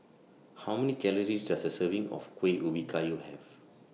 How Many Calories Does A Serving of Kuih Ubi Kayu Have